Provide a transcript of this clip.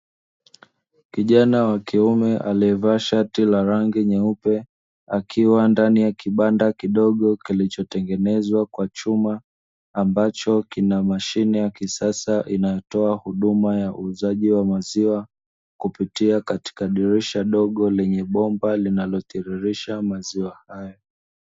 Kijana wakiume aliyevaa shati la rangi nyeupe akiwa ndani ya kibanda kidogo, kilichotengenezwa kwa chuma, ambacho kina mashine ya kisasa inayotoa huduma ya uuzaji wa maziwa kupitia katika dirisha dogo lenye bomba linalotiririsha maziwa hayo.